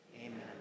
Amen